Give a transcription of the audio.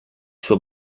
suo